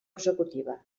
executiva